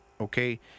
okay